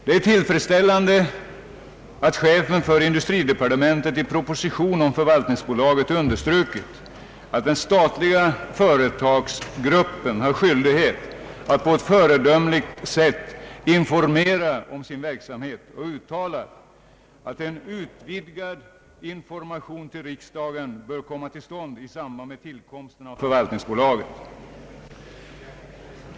Det är tillfredsställande att chefen för industridepartementet i propositionen om förvaltningsbolaget understryker att den statliga företagsgruppen har skyldighet att på ett föredömligt sätt informera om sin verksamhet och uttalar att en utvidgad information till riksdagen bör komma till stånd i samband med tillkomsten av förvaltningsbolaget.